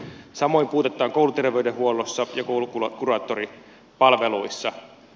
samoin puutetta on kouluterveydenhuollossa ja koulukuraattoripalveluissa